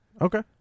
Okay